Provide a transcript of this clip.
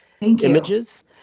images